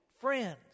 friends